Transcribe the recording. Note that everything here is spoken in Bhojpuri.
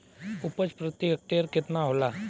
उपज प्रति हेक्टेयर केतना होला?